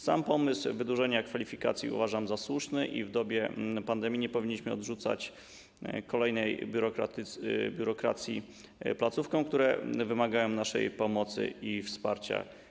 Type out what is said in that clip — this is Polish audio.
Sam pomysł wydłużenia kwalifikacji uważam za słuszny i w dobie pandemii nie powinniśmy dorzucać kolejnej biurokracji placówkom, które wymagają naszej pomocy i wsparcia.